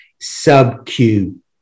sub-Q